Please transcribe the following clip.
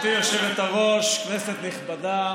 גברתי היושבת-ראש, כנסת נכבדה,